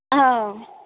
हां